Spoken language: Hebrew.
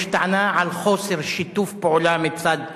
יש טענה על חוסר שיתוף פעולה מצד תושבים,